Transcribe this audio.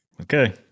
Okay